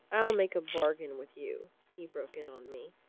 i'll make a bargain with you, he broke in on me.